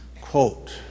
Quote